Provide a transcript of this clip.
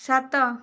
ସାତ